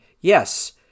yes